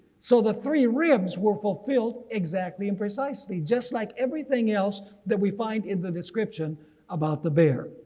so the three ribs were fulfilled exactly and precisely just like everything else that we find in the description about the bear.